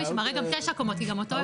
שמראה גם תשע קומות כי גם אותו יכלנו.